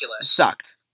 Sucked